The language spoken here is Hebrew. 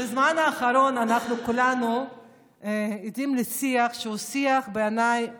בזמן האחרון אנחנו כולנו עדים לשיח שהוא בעיניי פוגעני,